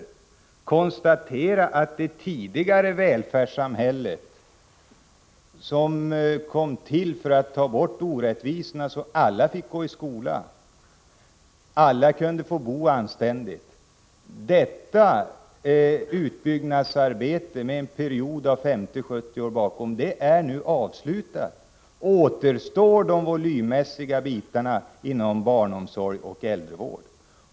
Vi kan konstatera att det tidigare utbyggnadsarbetet från 1920 och 1930-talen för ett rättvist välfärdssamhälle, där alla skulle få gå i skolan och alla skulle få bo anständigt, nu är i stort avslutat. Återstår gör de volymmässiga delarna inom barnomsorg och äldrevård.